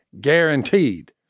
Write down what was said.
guaranteed